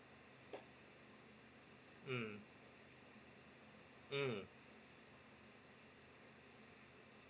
mm mm